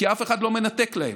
כי אף אחד לא מנתק להם.